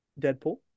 Deadpool